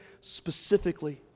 specifically